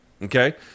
Okay